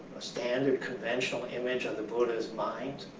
a standard conventional image on the buddha's mind.